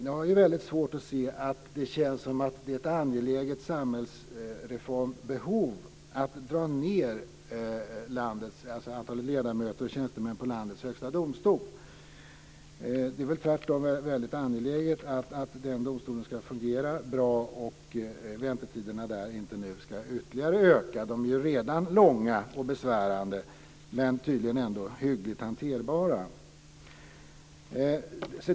Jag har väldigt svårt att se att det känns som ett angeläget samhällsreformsbehov att dra ned antalet ledamöter och tjänstemän i landets högsta domstol. Det är väl tvärtom väldigt angeläget att den domstolen ska fungera bra och att väntetiderna där inte nu ska öka ytterligare. De är ju redan långa och besvärande, men tydligen ändå hyggligt hanterbara.